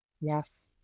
Yes